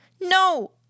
No